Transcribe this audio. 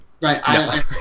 Right